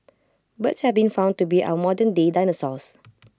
birds have been found to be our modernday dinosaurs